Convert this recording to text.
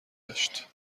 داشت